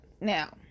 Now